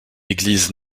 église